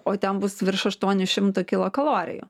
o ten bus virš aštuoni šimtai kilokalorijų